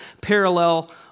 parallel